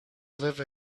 live